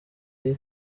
ari